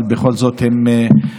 אבל בכל זאת הם חושבים,